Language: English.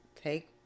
take